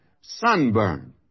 sunburn